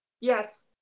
Yes